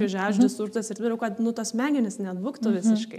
kryžiažodžius užduotis ir taip toliau kad nu tos smegenys neatbuktų visiškai